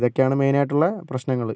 ഇതൊക്കെയാണ് മെയിൻ ആയിട്ടുള്ള പ്രശ്നങ്ങൾ